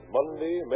Monday